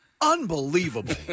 Unbelievable